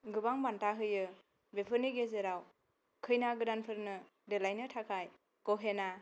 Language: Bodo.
गोबां बान्था होयो बेफोरनि गेजेराव खैना गोदानफोरनो देलायनो थाखाय ग'हेना